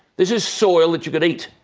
this is soil that you could eat.